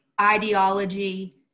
ideology